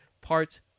parts